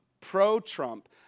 pro-Trump